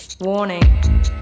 Warning